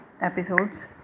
episodes